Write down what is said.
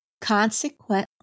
Consequently